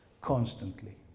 constantly